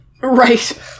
Right